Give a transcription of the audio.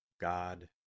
God